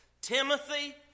Timothy